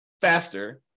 faster